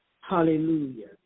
Hallelujah